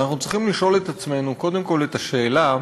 אנחנו צריכים לשאול את עצמנו קודם כול את השאלה,